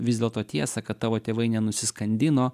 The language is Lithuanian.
vis dėlto tiesą kad tavo tėvai nenusiskandino